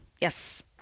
Yes